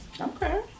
okay